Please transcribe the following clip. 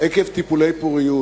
עקב טיפולי פוריות.